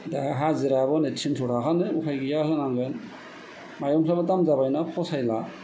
दा हाजिरायाबो नै तिनस' थाखानो उफाय गैया होनांगोन माइरंफोराबो दाम जाबाय ना फसायला